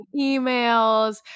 emails